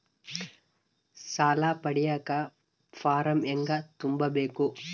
ಸಾಲ ಪಡಿಯಕ ಫಾರಂ ಹೆಂಗ ತುಂಬಬೇಕು?